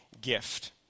gift